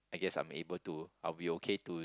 yes I'm able to I'll be okay to